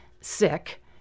sick